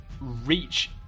reach